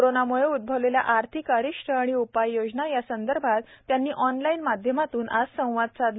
कोरोनाम्ळे उद्भवलेल्या आर्थिक अरिष्ट आणि उपाययोजना या संदर्भात त्यांनी ऑनलाईन माध्यामातून आज संवाद साधला